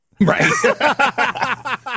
Right